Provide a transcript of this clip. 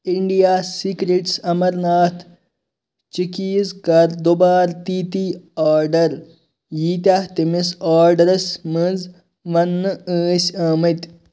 India secrets Amarnath چِکیٖز کر دُبارٕ تی تی آرڈر ییٖتیٛاہ تٔمِس آرڈرَس منٛز وننہٕ ٲسۍ آمٕتۍ